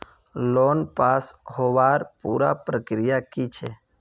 Loan pass होबार पुरा प्रक्रिया की छे?